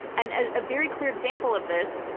and and a very clear example of this,